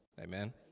amen